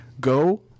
go